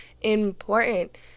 important